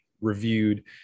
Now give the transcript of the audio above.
reviewed